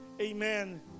amen